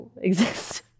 exist